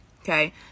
okay